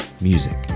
music